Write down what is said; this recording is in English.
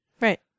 Right